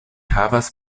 havas